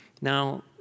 Now